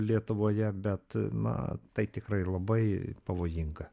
lietuvoje bet na tai tikrai labai pavojinga